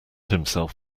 himself